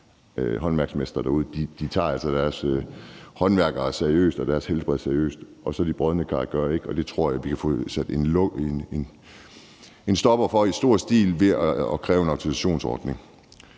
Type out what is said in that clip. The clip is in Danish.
håndværksmestre derude gør. De tager altså deres håndværkere seriøst og disses helbred seriøst. De brodne kar gør det så ikke, og det tror jeg, at vi i stor stil kan få sat en stopper for ved at kræve en autorisationsordning.